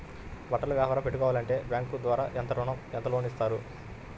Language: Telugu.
బట్టలు వ్యాపారం పెట్టుకోవాలి అంటే బ్యాంకు ద్వారా ఎంత లోన్ ఇస్తారు?